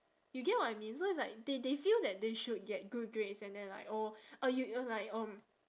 you get what I mean so it's like they they feel that they should get good grades and then like oh uh you you're like um